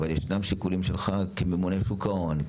ישנם שיקולים שלך כממונה על שוק ההון,